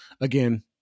Again